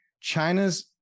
China's